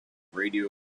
radio